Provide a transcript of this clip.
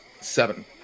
seven